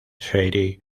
city